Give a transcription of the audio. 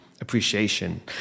appreciation